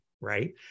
right